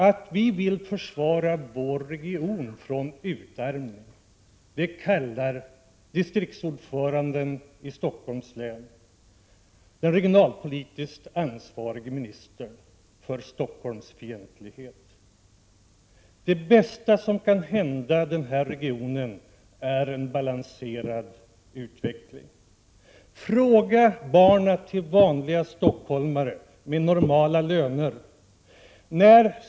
Att vi vill försvara vår region mot utarmning kallar distriktsordföranden för Stockholms läns socialdemokrater, den regionalpolitiskt ansvarige ministern, för Stockholmsfientlighet. Det bästa som kan hända den här regionen är en balanserad utveckling. Fråga barn till vanliga stockholmare med normala löner vad de tycker.